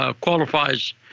qualifies